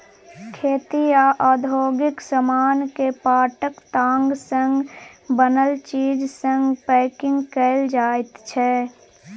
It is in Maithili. खेती आ औद्योगिक समान केँ पाटक ताग सँ बनल चीज सँ पैंकिग कएल जाइत छै